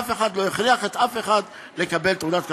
אף אחד לא הכריח אף אחד לקבל תעודת כשרות.